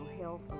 health